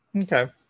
Okay